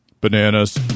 bananas